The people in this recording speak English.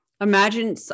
Imagine